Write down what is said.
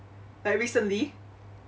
like recently